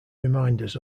reminders